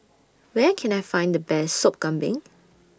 Where Can I Find The Best Sop Kambing